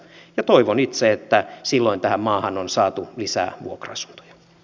ja toivon itse että silloin tähän maahan on saatu lisää vuokra asuntoja